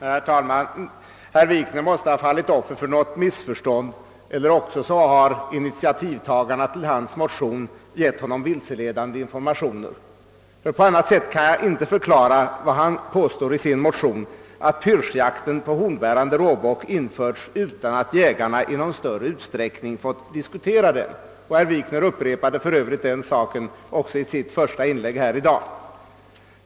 Herr talman! Herr Wikner måste ha fallit offer för något missförstånd, eller också har initiativtagarna till hans motion gett honom vilseledande informationer, ty på annat sätt kan jag inte förklara påståendet i hans motion att pyrschjakten på hornbärande råbock införts utan att jägarna i någon större utsträckning fått diskutera den. Herr Wikner framhöll för övrigt detsamma även i sitt första inlägg i dag.